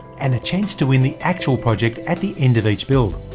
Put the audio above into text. and the chance to win the actual project at the end of each build.